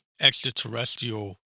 extraterrestrial